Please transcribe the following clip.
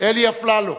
אלי אפללו,